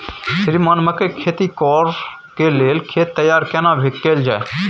श्रीमान मकई के खेती कॉर के लेल खेत तैयार केना कैल जाए?